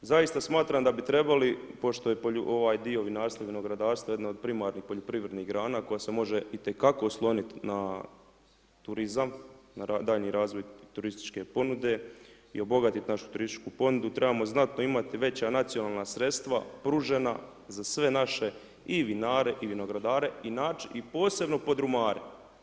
Zaista smatram da bi trebali pošto je ovaj dio vinarstva i vinogradarstva jedna od primarnih poljoprivrednih grana koja se može itekako osloniti na turizam, na daljnji razvoj turističke ponude i obogatiti našu turističku ponudu, trebamo znati da imate veća nacionalna sredstva pružena za sve naše i vinare i vinogradare i posebno podrumare.